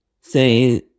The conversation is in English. say